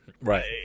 Right